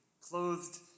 clothed